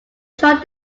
short